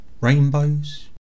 Rainbows